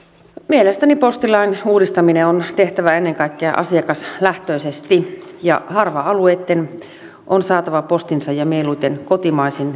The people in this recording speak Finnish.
mielestäni postilain uudistaminen on tehtävä ennen kaikkea asiakaslähtöisesti ja harva alueitten on saatava postinsa ja mieluiten kotimaisin voimin